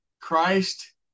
christ